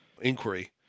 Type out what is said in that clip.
inquiry